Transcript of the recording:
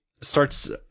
starts